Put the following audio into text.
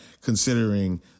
considering